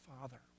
Father